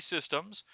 systems